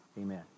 amen